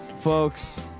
Folks